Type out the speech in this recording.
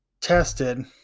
tested